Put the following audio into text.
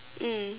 mm